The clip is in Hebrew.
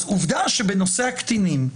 אז עובדה שבנושא הקטינים,